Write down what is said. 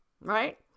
right